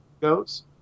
goes